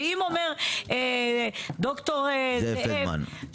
ואם אומר ד"ר זאב פלדמן,